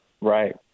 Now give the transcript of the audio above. Right